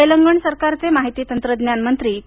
तेलंगण सरकारचे माहिती तंत्रज्ञान मंत्री के